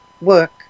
work